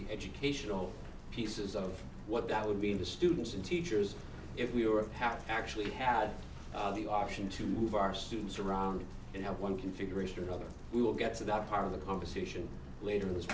the educational pieces of what that would be in the students and teachers if we are of have actually had the option to move our students around and have one configuration or another we will get to that part of the conversation later